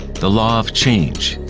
the law of change,